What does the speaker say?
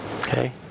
Okay